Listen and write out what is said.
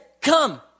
come